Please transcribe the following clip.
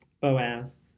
Boaz